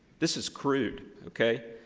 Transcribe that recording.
this is crude, okay?